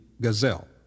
gazelle